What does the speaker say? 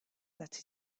that